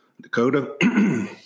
Dakota